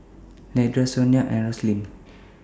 Leandra Sonya and Roslyn